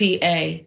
PA